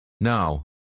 Now